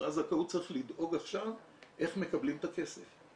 אחרי הזכאות צריך לדאוג עכשיו איך מקבלים את הכסף.